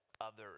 others